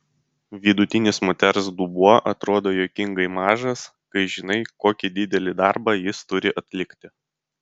vidutinis moters dubuo atrodo juokingai mažas kai žinai kokį didelį darbą jis turi atlikti